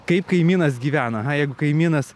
kaip kaimynas gyvena o jeigu kaimynas